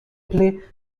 play